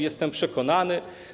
Jestem przekonany.